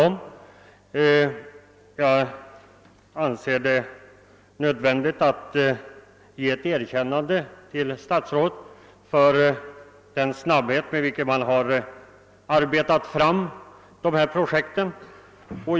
Jag vill ge statsrådet Wickman ett erkännande för den snabbhet med vilken dessa projekt har arbetats fram.